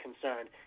concerned